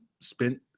spent